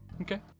Okay